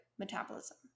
metabolism